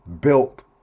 built